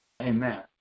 Amen